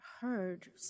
heard